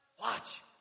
Watch